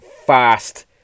fast